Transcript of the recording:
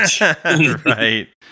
Right